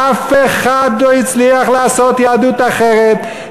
אף אחד לא הצליח לעשות יהדות אחרת,